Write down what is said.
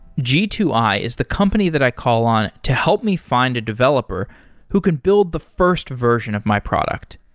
g two i is the company that i call on to help me find a developer who can build the first version of my product.